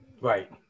right